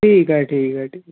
ٹھیک ہے ٹھیک ہے ٹھیک